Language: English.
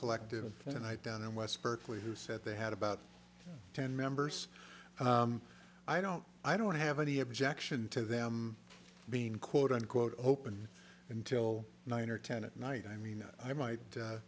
collective and i down in west berkeley who said they had about ten members i don't i don't have any objection to them being quote unquote open until nine or ten at night i mean i might